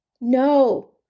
No